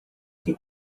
que